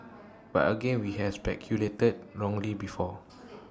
but again we've speculated wrongly before